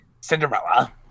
Cinderella